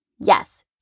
Yes